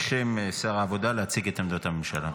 להציג את עמדת הממשלה.